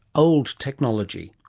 old technology.